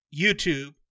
YouTube